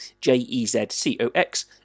J-E-Z-C-O-X